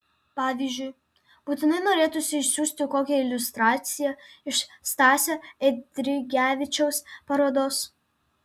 pavyzdžiui būtinai norėtųsi išsiųsti kokią iliustraciją iš stasio eidrigevičiaus parodos